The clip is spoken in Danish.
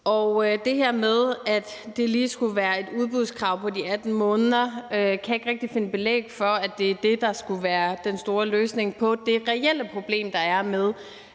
det her med, at det lige skulle være et udbudskrav på de 18 måneder, der skulle være den store løsning på det reelle problem, der er med,